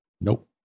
Nope